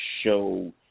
show